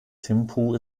thimphu